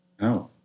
No